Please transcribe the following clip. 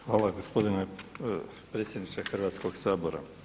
Hvala gospodine predsjedniče Hrvatskoga sabora.